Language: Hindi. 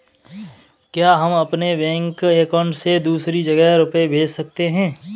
क्या हम अपने बैंक अकाउंट से दूसरी जगह रुपये भेज सकते हैं?